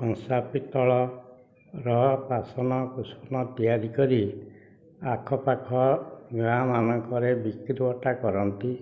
କଂସା ପିତ୍ତଳର ବାସନ କୁସନ ତିଆରି କରି ଆଖ ପାଖ ଗାଁମାନଙ୍କରେ ବିକ୍ରି ବଟା କରନ୍ତି